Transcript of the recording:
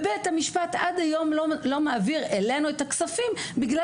בית המשפט עד היום לא מעביר אלינו את הכספים בגלל